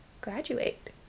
graduate